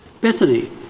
Bethany